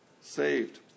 saved